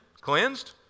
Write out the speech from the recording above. cleansed